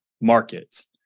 markets